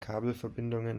kabelverbindungen